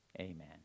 Amen